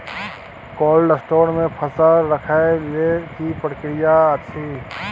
Cold store मे फसल रखय लेल की प्रक्रिया अछि?